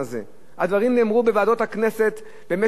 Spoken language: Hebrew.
הדברים נאמרו בוועדות הכנסת במשך השנתיים,